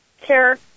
care